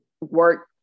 work